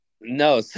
no